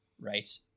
right